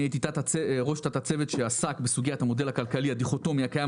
אני הייתי ראש תת הצוות שעסק בסוגיית המודל הכלכלי הדיכוטומי הקיים